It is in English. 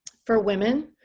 for women,